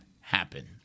happen